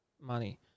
money